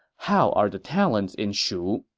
how are the talents in shu?